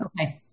Okay